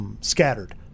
Scattered